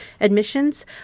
admissions